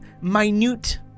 minute